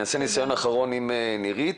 נעשה ניסיון אחרון עם נירית,